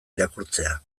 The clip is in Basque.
irakurtzea